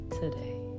today